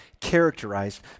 characterized